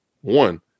One